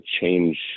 change